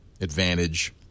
advantage